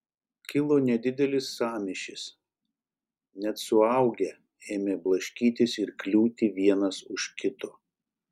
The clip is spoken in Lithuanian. kilo nedidelis sąmyšis net suaugę ėmė blaškytis ir kliūti vienas už kito